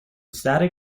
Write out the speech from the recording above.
static